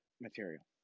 material